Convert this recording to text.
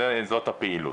זאת הפעילות,